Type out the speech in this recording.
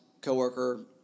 coworker